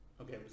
Okay